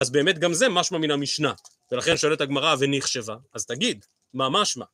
אז באמת גם זה משמה מן המשנה, ולכן שואלת הגמרא וניחשבה, אז תגיד, מה מה שמה?